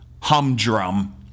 Humdrum